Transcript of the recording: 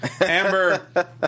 Amber